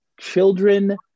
children